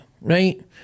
right